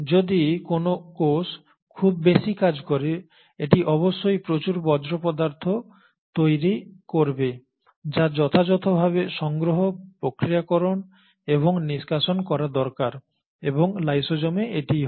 যদি কোনও কোষ খুব বেশি কাজ করে এটি অবশ্যই প্রচুর বর্জ্য পদার্থ তৈরি করবে যা যথাযথভাবে সংগ্রহ প্রক্রিয়াকরণ এবং নিষ্কাশন করা দরকার এবং লাইসোজোমে এটিই হয়